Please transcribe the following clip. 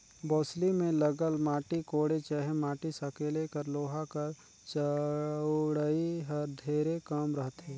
बउसली मे लगल माटी कोड़े चहे माटी सकेले कर लोहा कर चउड़ई हर ढेरे कम रहथे